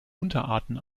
unterarten